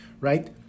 right